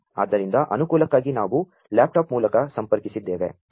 ಆದ್ದರಿಂ ದ ಅನು ಕೂ ಲಕ್ಕಾ ಗಿ ನಾ ವು ಲ್ಯಾ ಪ್ಟಾ ಪ್ ಮೂ ಲಕ ಸಂ ಪರ್ಕಿ ಸಿದ್ದೇ ವೆ